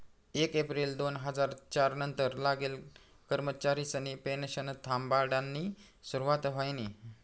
येक येप्रिल दोन हजार च्यार नंतर लागेल कर्मचारिसनी पेनशन थांबाडानी सुरुवात व्हयनी